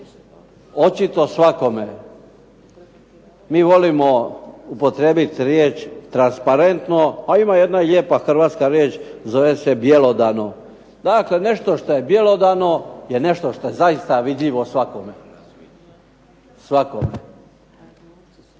očito svakome. Mi volimo upotrijebiti riječ transparentno, a ima jedna lijepa hrvatska riječ zove se bjelodano. Dakle, nešto što je bjelodano je nešto što je zaista vidljivo svakome. Pa